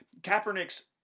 Kaepernick's